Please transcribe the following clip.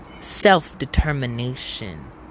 self-determination